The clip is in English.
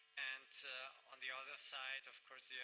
and on the other side, of course, yeah